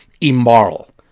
immoral